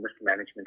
mismanagement